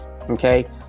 Okay